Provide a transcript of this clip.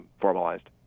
formalized